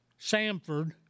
Samford